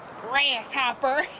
grasshopper